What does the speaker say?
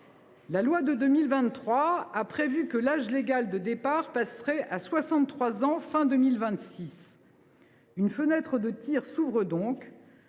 La loi de 2023 a prévu que l’âge légal de départ passerait à 63 ans à la fin de 2026. Une fenêtre de tir s’ouvre donc.